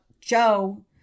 Joe